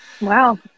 Wow